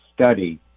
study